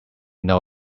know